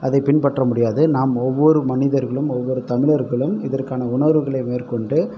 அதை பின்பற்ற முடியாது நாம் ஒவ்வொரு மனிதர்களும் ஒவ்வொரு தமிழர்களும் இதற்கான உணர்வுகளை மேற்கொண்டு